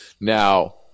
Now